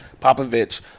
Popovich